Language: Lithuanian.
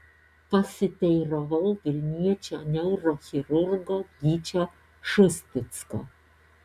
pasiteiravau vilniečio neurochirurgo gyčio šusticko